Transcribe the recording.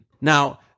Now